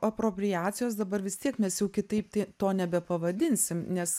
apropriacijos dabar vis tiek mes jau kitaip tai to nebepavadinsim nes